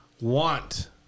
want